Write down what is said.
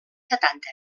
setanta